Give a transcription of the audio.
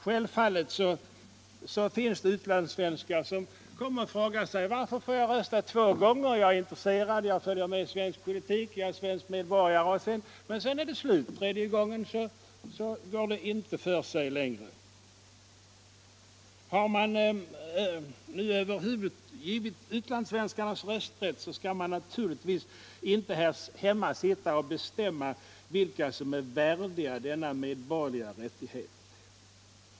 Självfallet finns det utlandssvenskar som kommer att fråga sig: Jag är svensk medborgare och jag är intresserad av och följer med i svensk politik, varför får jag rösta två gånger men inte en tredje gång? Har man över huvud taget givit utlandssvenskarna rösträtt, skall man naturligtvis inte här hemma sitta och bestämma vilka som är värdiga denna medborgerliga rättighet.